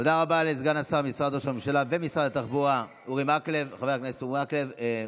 תודה רבה לסגן השר במשרד ראש הממשלה ומשרד התחבורה חבר הכנסת אורי מקלב.